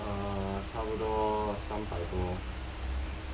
uh 差不多三百多